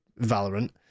valorant